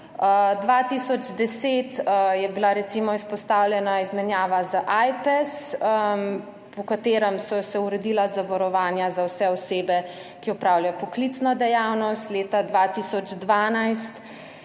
2010 je bila recimo izpostavljena izmenjava z AJPES, po katerem so se uredila zavarovanja za vse osebe, ki opravljajo poklicno dejavnost, leta 2012